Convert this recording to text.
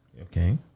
Okay